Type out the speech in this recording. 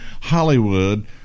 hollywood